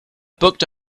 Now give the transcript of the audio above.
booked